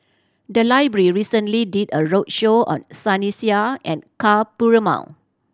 the library recently did a roadshow on Sunny Sia and Ka Perumal